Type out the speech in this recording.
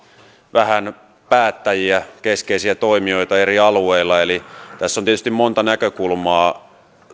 vähän päättäjiä keskeisiä toimijoita eri alueilla eli tässä on tietysti monta näkökulmaa